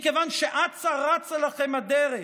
מכיוון שאצה-רצה לכם הדרך.